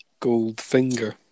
Goldfinger